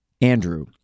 Andrew